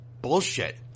bullshit